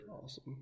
awesome